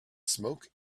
smoke